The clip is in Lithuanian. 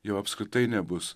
jo apskritai nebus